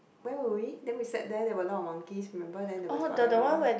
where were we then we sat there there were a lot of monkeys remember then there were